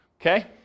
Okay